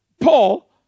Paul